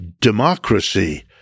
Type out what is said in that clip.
democracy